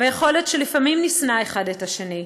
ויכול להיות שלפעמים נשנא אחד את השני,